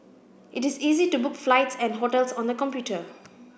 it is easy to book flights and hotels on the computer